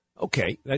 Okay